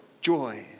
joy